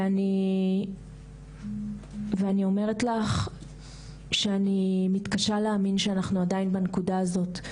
אני אומרת לך שאני מתקשה להאמין שאנחנו עדיין בנקודה הזאת.